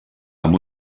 amb